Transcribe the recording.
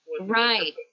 Right